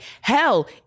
hell